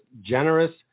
generous